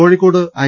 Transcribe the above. Kozhikode I